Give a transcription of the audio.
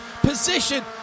position